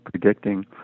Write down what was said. predicting